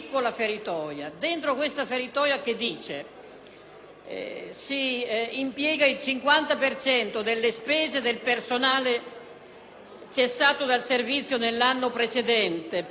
50 per cento delle spese per il personale cessato dal servizio nell'anno precedente per l'assunzione dei nuovi ricercatori;